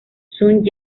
sun